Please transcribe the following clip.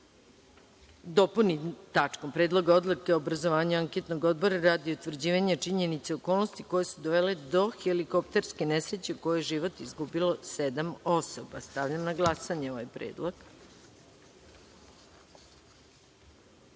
dopuni tačkom – Predlog odluke o obrazovanju anketnog odbora radi utvrđenja činjenica i okolnosti koje su dovele do helikopterske nesreće u kojoj je život izgubilo sedam osoba. Stavljam na glasanje ovaj